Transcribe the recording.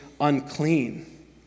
unclean